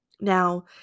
Now